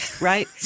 right